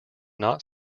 not